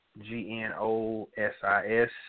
G-N-O-S-I-S